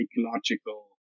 ecological